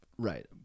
Right